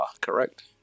correct